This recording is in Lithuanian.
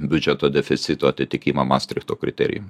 biudžeto deficito atitikimą mastrichto kriterijų